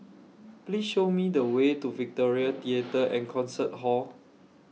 Please Show Me The Way to Victoria Theatre and Concert Hall